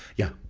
yeah,